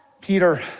Peter